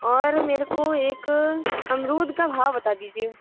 और मेरे को एक अमरूद का भाव बता दीजिए